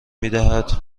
میدهد